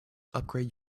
upgrade